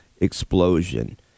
explosion